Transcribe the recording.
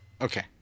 Okay